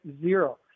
Zero